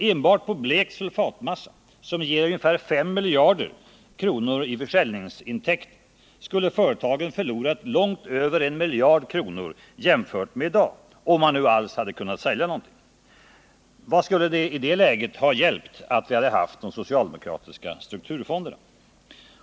Enbart på blekt sulfatmassa, som ger ungefär 5 miljarder kronor i försäljningsintäkter, skulle företagen ha förlorat långt över 1 miljard kronor jämfört med i dag — om de nu alls hade kunnat sälja något. Vad skulle det i det läget ha hjälpt om vi hade haft den socialdemokratiska strukturfonden?